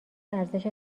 ارزش